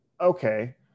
Okay